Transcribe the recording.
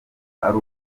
ari